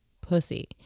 pussy